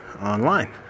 online